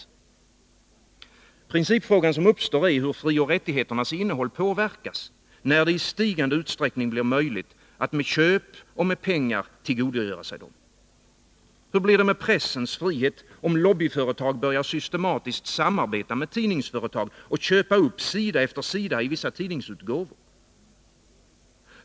Den principfråga som uppstår gäller hur frioch rättigheternas innehåll påverkas när det i allt större utsträckning blir möjligt att med köp och pengar tillgodogöra sig dem. Hur blir det med pressens frihet om lobbyföretag systematiskt börjar samarbeta med tidningsföretag och köpa upp sida efter sida i vissa tidningsutgåvor?